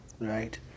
right